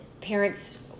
parents